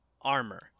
Armor